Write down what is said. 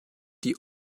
die